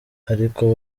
ariko